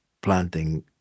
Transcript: planting